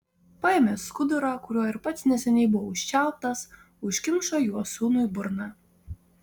paėmė skudurą kuriuo ir pats neseniai buvo užčiauptas užkimšo juo sūnui burną